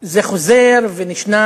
זה חוזר ונשנה,